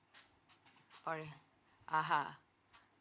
foreign (uh huh)